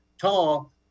tall